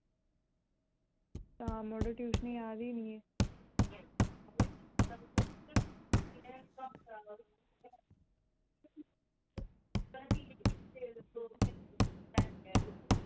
तां मड़ो ट्यूशनै ई आई दी निं एह्